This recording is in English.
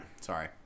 Sorry